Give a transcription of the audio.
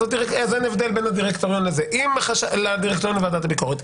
אז אין הבדל בין הדירקטוריון הזה לדירקטוריון וועדת הביקורת.